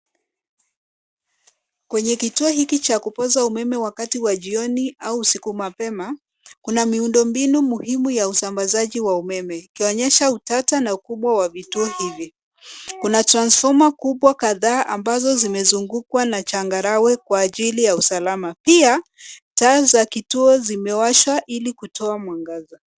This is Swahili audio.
Kwenye kituo hiki cha kupoza umeme wakati wa jioni au usiku mapema, kuna miundo mbinu muhimu ya usambazaji wa umeme. Ikionyesha utata na ukubwa wa vituo hivi. Kuna transformer kubwa kadhaa ambazo zimezungukwa na changarawe kwa ajili ya usalama. Pia taa za kituo zimewashwa ili kutoa mwangaza.